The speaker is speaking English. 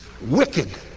wicked